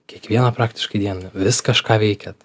kiekvieną praktiškai dieną vis kažką veikiat